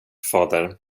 fader